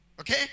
Okay